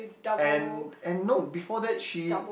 and and no before that she